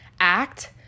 act